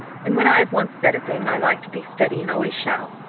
and when i have once said a thing, i like to be steady and always shall.